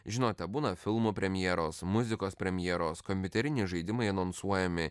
žinote būna filmų premjeros muzikos premjeros kompiuteriniai žaidimai anonsuojami